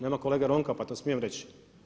Nema kolege Ronka, pa to smijem reći.